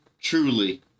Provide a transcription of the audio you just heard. truly